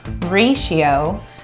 ratio